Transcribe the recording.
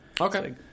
Okay